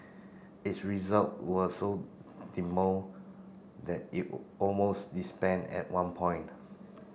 its result were so that it almost disbanded at one point